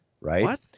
right